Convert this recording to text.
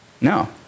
No